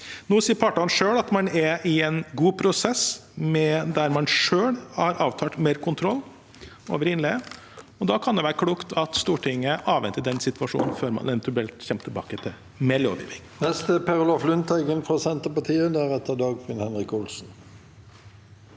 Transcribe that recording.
Nå sier partene selv at man er i en god prosess der man selv har avtalt mer kontroll over innleie. Da kan det være klokt at Stortinget avventer den situasjonen før man eventuelt kommer tilbake med lovgivning.